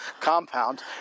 compound